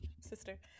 sister